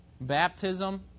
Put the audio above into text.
baptism